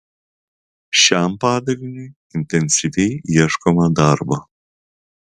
šiam padaliniui intensyviai ieškoma darbo